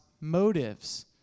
motives